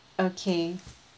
okay